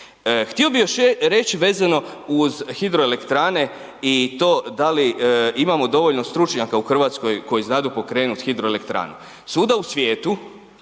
Htio bih još reći vezano uz hidroelektrane i to da li imamo dovoljno stručnjaka u Hrvatskoj koji znadu pokrenuti hidroelektrane. Svuda u svijetu